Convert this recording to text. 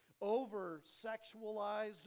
over-sexualized